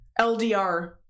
LDR